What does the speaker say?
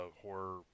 horror